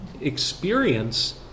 experience